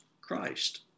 Christ